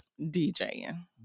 DJing